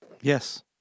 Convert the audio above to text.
Yes